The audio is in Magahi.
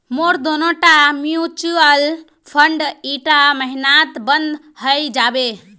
मोर दोनोटा म्यूचुअल फंड ईटा महिनात बंद हइ जाबे